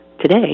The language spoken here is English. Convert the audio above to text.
today